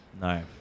No